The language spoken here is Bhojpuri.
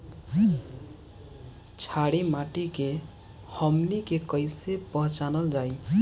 छारी माटी के हमनी के कैसे पहिचनल जाइ?